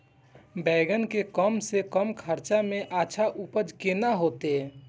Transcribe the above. बेंगन के कम से कम खर्चा में अच्छा उपज केना होते?